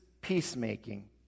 peacemaking